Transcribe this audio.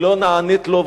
היא לא נענית לו,